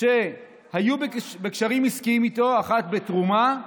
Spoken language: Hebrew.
שהיו בקשרים עסקיים איתו, אחת בתרומה,